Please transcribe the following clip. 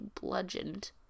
bludgeoned